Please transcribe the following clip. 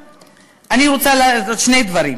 אני רוצה לומר עוד שני דברים.